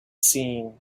seen